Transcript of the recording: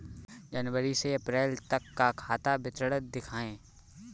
जनवरी से अप्रैल तक का खाता विवरण दिखाए?